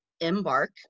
Embark